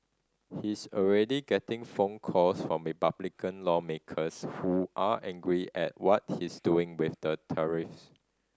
he's already getting phone calls from Republican lawmakers who are angry at what he's doing with the tariff